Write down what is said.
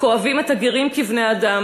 כואבים את הגרים כבני-אדם,